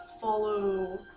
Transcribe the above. follow